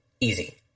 easy